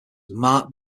marked